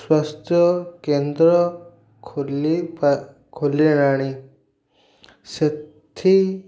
ସ୍ୱାସ୍ଥ୍ୟକେନ୍ଦ୍ର ଖୋଲି ଖୋଲିଲାଣି ସେଥି